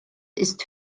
ist